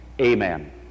amen